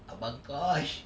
abang kosh